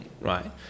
right